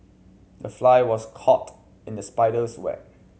the fly was caught in the spider's web